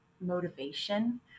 motivation